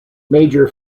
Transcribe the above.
major